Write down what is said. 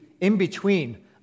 in-between